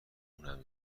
اونم